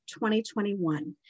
2021